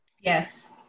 Yes